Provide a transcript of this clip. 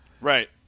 Right